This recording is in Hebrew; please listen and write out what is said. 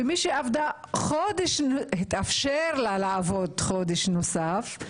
ומי שהתאפשר לה לעבוד חודש נוסף,